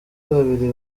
babiri